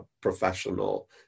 professional